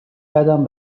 قدم